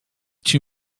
too